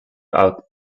without